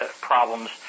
problems